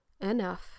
enough